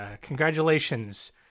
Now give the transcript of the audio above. congratulations